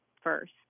first